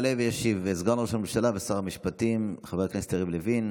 יעלה וישיב סגן ראש הממשלה ושר המשפטים חבר הכנסת יריב לוין,